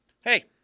Hey